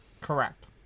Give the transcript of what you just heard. Correct